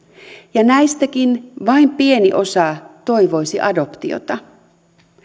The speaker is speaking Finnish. ja näistäkin vain pieni osa toivoisi adoptiota